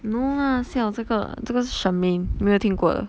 no lah siao 这个这个是 shermaine 没有听过的